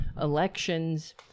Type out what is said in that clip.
elections